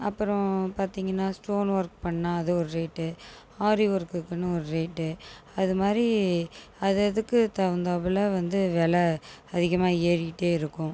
அப்புறம் பார்த்திங்கன்னா stone work பண்ணால் அது ஒரு ரேட்டு ஆரி ஒர்க்க்குனு ஒரு ரேட்டு அதுமாதிரி அதததுக்கு தகுந்தபோல வந்து வெலை அதிகமாக ஏறிகிட்டே இருக்கும்